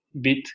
bit